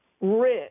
rich